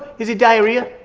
is it diarrhea?